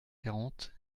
quarante